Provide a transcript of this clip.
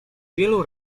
wielu